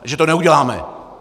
Že to neuděláme.